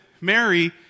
Mary